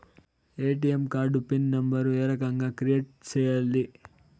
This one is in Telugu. ఎ.టి.ఎం కార్డు పిన్ నెంబర్ ఏ రకంగా క్రియేట్ సేయాలి